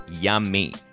yummy